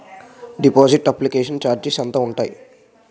Deposit application charges ఎంత?